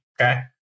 Okay